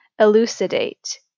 Elucidate